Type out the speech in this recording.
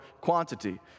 quantity